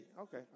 okay